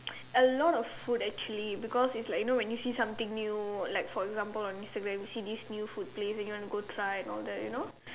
a lot of food actually because it's like you know when you see something new like for example on Instagram you see this new food place and you want to go try and all that you know